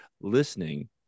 listening